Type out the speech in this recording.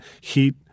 Heat